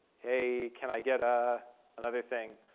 hey, can i get ah another thing?